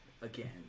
again